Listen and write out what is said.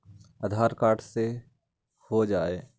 आधार card से हो जाइ?